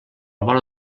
vora